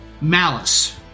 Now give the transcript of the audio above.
Malice